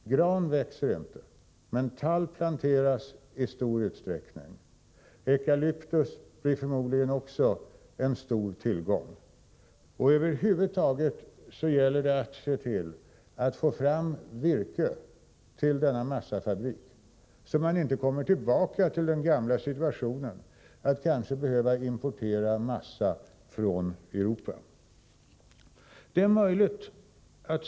Gran växer inte, men tall planteras i stor utsträckning. Eukalyptus blir förmodligen också en stor tillgång. Över huvud taget gäller det att se till att få fram virke till denna massafabrik, så att man inte kommer tillbaka till den tidigare situationen att kanske behöva importera massa från Europa.